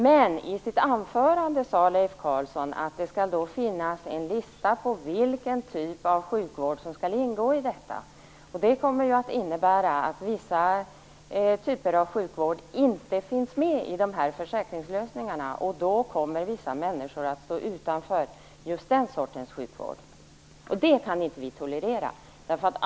Men i sitt anförande sade Leif Carlson att det skall finnas en lista på vilken typ av sjukvård som skall ingå i detta. Det kommer ju att innebära att vissa typer av sjukvård inte finns med i försäkringslösningarna. Då kommer vissa människor att stå utanför just den sortens sjukvård. Det kan inte vi tolerera.